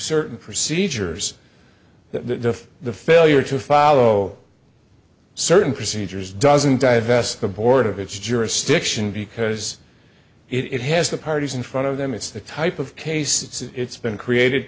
certain procedures that the failure to follow certain procedures doesn't divest the board of its jurisdiction because it has the parties in front of them it's the type of case it's been created